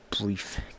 brief